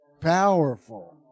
powerful